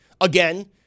Again